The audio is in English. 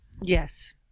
Yes